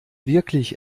wirklich